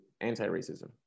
anti-racism